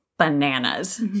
bananas